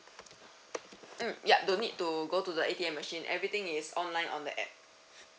mm yup don't need to go to the A_T_M machine everything is online on the app